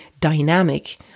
dynamic